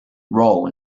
role